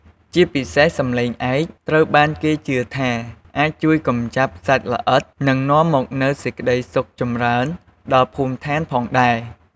ជាពិសេស សំឡេងឯក ត្រូវបានគេជឿថា អាចជួយកម្ចាត់សត្វល្អិត និងនាំមកនូវសេចក្តីសុខចម្រើនដល់ភូមិឋានផងដែរ។